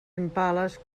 impales